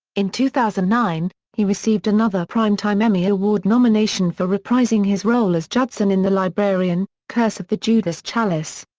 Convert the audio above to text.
in two thousand and nine, he received another primetime emmy award nomination for reprising his role as judson in the librarian curse of the judas chalice.